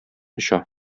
оча